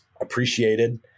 appreciated